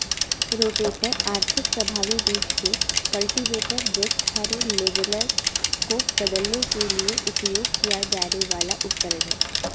rotator आर्थिक, प्रभावी रूप से कल्टीवेटर, डिस्क हैरो, लेवलर को बदलने के लिए उपयोग किया जाने वाला उपकरण है